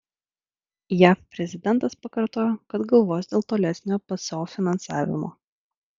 jav prezidentas pakartojo kad galvos dėl tolesnio pso finansavimo